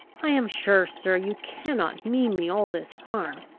i am sure, sir, you cannot mean me all this harm.